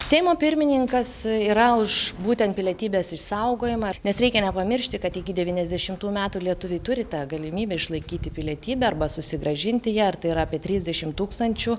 seimo pirmininkas yra už būtent pilietybės išsaugojimą nes reikia nepamiršti kad iki devyniasdešimtų metų lietuviai turi tą galimybę išlaikyti pilietybę arba susigrąžinti ją ir tai yra apie trisdešimt tūkstančių